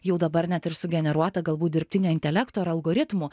jau dabar net ir sugeneruota galbūt dirbtinio intelekto ir algoritmų